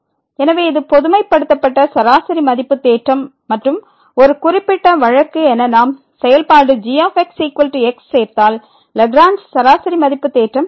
எனவே இது பொதுமைப்படுத்தப்பட்ட சராசரி மதிப்பு தேற்றம் மற்றும் ஒரு குறிப்பிட்ட வழக்கு என நாம் செயல்பாடு g xx சேர்த்தால் லாக்ரேஞ்ச் சராசரி மதிப்பு தேற்றம் கிடைக்கும்